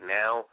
now